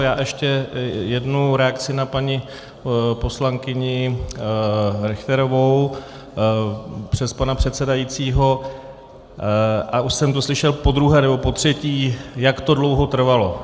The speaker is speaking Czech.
Já ještě jednu reakci na paní poslankyni Richterovou přes pana předsedajícího, a už jsem to slyšel podruhé nebo potřetí, jak to dlouho trvalo.